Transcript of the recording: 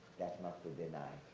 must deny